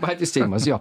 patys seimas jo